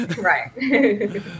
Right